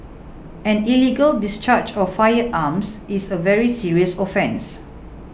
any illegal discharge of firearms is a very serious offence